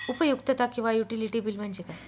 उपयुक्तता किंवा utility bill म्हणजे काय?